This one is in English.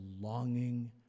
longing